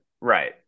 right